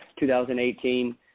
2018